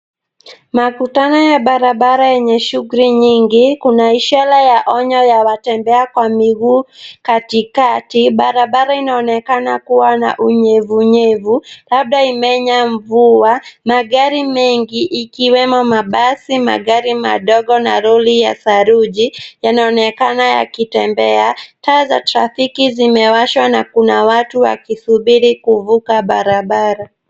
Makutano ya barabara yenye shughuli nyingi. Kuna ishara ya onyo ya watembea kwa miguu katikati. Barabara inaonekana kuwa na unyevunyevu, labda imenyesha mvua. Magari mengi ikiwemo mabasi, magari madogo na lori ya saruji, yanaonekana yakitembea. Taa za trafiki zimewashwa na kuna watu wakisubiri kuvuka barabara.